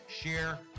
share